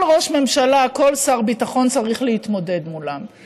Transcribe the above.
כל ראש ממשלה, כל שר ביטחון, צריך להתמודד מולם.